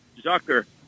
Zucker